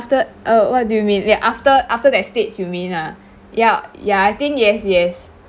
after oh what do you mean ya after after that stage you mean ah ya ya I think yes yes